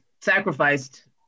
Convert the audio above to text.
sacrificed